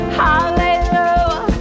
hallelujah